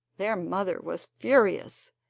their mother was furious.